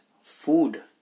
food